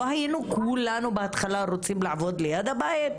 לא היינו כולנו בהתחלה רוצים לעבוד ליד הבית?